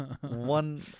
One